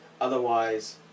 Otherwise